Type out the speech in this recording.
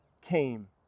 came